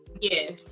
Yes